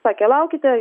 sakė laukite